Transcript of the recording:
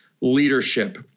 leadership